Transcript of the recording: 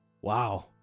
wow